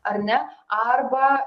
ar ne arba